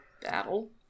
battle